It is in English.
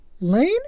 Lane